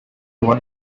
one